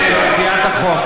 מציעת החוק,